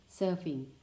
Surfing